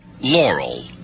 Laurel